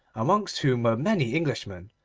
amongst whom were many englishmen,